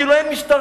כאילו אין משטרה,